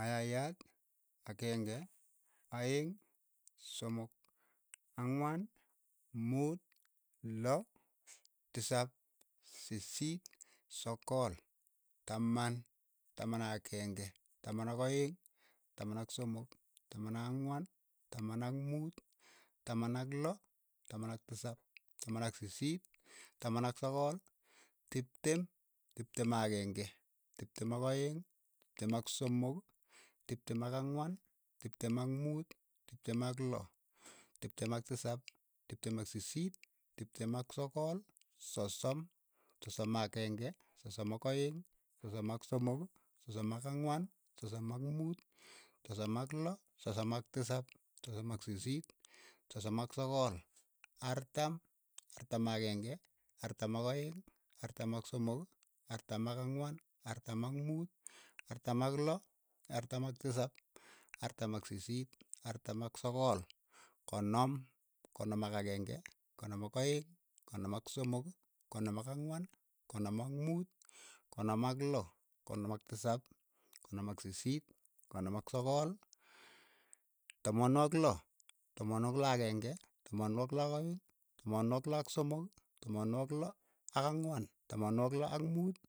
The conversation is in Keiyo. Mayaiyaat, akeng'e, aeng', somok, ang'wan, muut, loo, tisap, sisiit, sogol, taman, taman ak akeng'e, taman ak' aeng, taman ak somok, taman ak ang'wan, taman ak muut, taman ak loo, taman ak tisap, taman ak sisiit, taman ak sogol, tiptem, tiptem ak akeng'e, tiptem ak aeng', tiptem ak somok, tiptem ak ang'wan, tiptem ak muut, tiptem ak loo, tiptem ak tisap, tiptem ak sisiit, tiptem ak sogol, sosom, sosom akeng'e, sosom ak aeng', sosom ak somok, sosom ak ang'wan, sosom ak muut, sosom ak loo, sosom ak tisap, sosom ak sisiit, sosom ak sogol, artam, artam akeng'e, artam ak aeng', artam ak somok, artam ak ang'wan, artam ak muut, artam ak loo, artam ak tisap, artam ak sisiit, artam ak sogol, konom, konom ak akeng'e, konom ak aeng', konom ak somok, konom ak ang'wan. konom ak muut, konom ak loo, konom ak tisap, konom ak sisiit, konom ak sogol, tamanwogik loo, tamanwogik loo ak aeng'e, tamanwogik loo ak aeng', tamanwogik loo ak somok, tamanwogik loo ak ang'wan, tamanwogik loo ak muut.